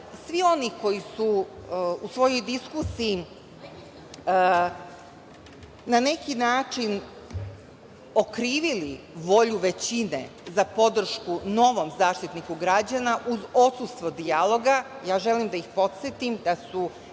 Svi oni koji su u svojoj diskusiji na neki način okrivili volju većine za podršku novom Zaštitniku građana, uz odsustvo dijaloga, želim da ih podsetim